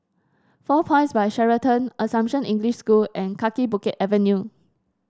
Four Points By Sheraton Assumption English School and Kaki Bukit Avenue